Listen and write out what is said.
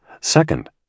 Second